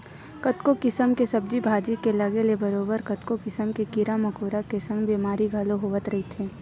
कतको किसम के सब्जी भाजी के लगे ले बरोबर कतको किसम के कीरा मकोरा के संग बेमारी घलो होवत रहिथे